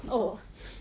oh